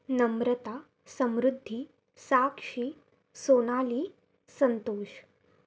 Namrata Samruddhi Sakshi Sonali Santosh